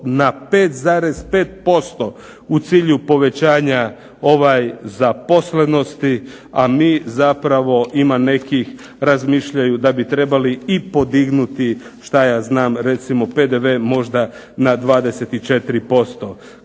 na 5,5% u cilju povećanja zaposlenosti, a mi zapravo ima neki razmišljaju da bi trebali i podignuti šta ja znam recimo PDV možda na 24%.